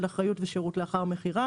של אחריות ושירות לאחר המכירה.